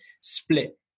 split